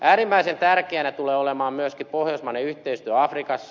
äärimmäisen tärkeää tulee olemaan myöskin pohjoismainen yhteistyö afrikassa